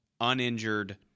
uninjured